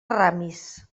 ramis